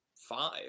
five